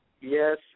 yes